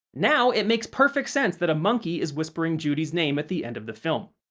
now it makes perfect sense that a monkey is whispering judy's name at the end of the film.